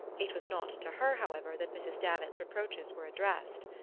it was not to her, however, that mrs. davant's reproaches were addressed.